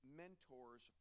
mentors